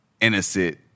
innocent